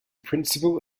principle